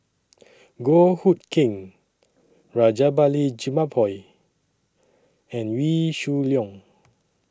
Goh Hood Keng Rajabali Jumabhoy and Wee Shoo Leong